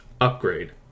upgrade